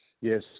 Yes